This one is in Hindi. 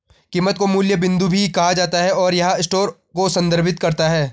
कीमत को मूल्य बिंदु भी कहा जाता है, और यह स्टोर को संदर्भित करता है